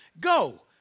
go